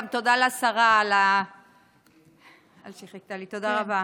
תודה גם לשרה על שחיכתה לי, תודה רבה.